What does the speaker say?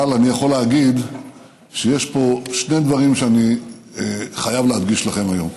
אבל אני יכול להגיד שיש פה שני דברים שאני חייב להדגיש לכם היום: